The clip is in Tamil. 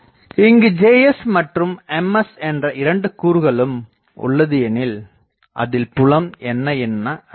இங்கு Js மற்றும் Ms என்ற இரண்டு கூறுகளும் உள்ளதுயெனில் அதில் புலம் என்ன என அறியலாம்